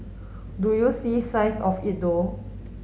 do you see signs of it though